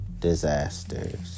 disasters